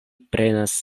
prenas